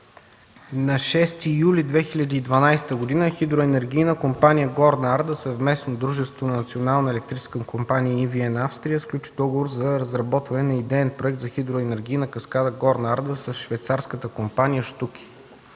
На 6 юли 2012 г. Хидроенергийна компания „Горна Арда” – съвместно дружество на Националната електрическа компания и EVN, Австрия, сключи договор за разработване на Идеен проект за хидроенергийна каскада „Горна Арда” с швейцарската компания